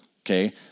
okay